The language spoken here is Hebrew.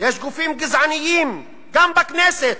יש גופים גזעניים גם בכנסת.